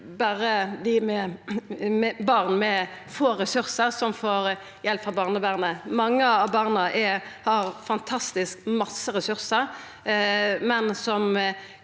barn med få ressursar som får hjelp av barnevernet. Mange av barna har fantastisk masse ressursar, men det